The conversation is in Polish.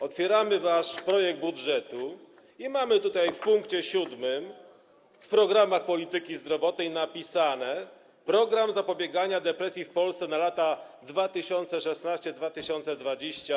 Otwieramy wasz projekt budżetu i mamy tutaj w pkt 7, w programach polityki zdrowotnej, zapisany „Program zapobiegania depresji w Polsce na lata 2016-2020”